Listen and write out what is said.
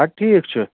اَدٕ ٹھیٖک چھُ